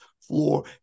floor